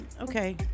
Okay